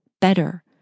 better